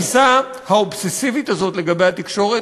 שהתפיסה האובססיבית הזאת לגבי התקשורת,